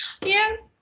Yes